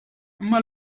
imma